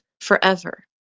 forever